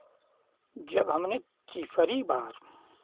जब हमने तीसरी बार